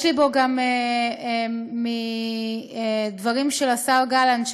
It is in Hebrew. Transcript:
יש לי פה גם דברים של השר גלנט,